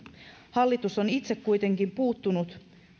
hallitus on itse kuitenkin puuttunut